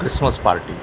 ऐं Christmas party